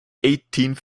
eighteenth